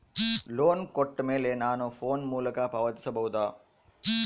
Loan ಕೊಟ್ಟ ಮೇಲೆ ನಾನು ಫೋನ್ ಮೂಲಕ ಪಾವತಿಸಬಹುದಾ?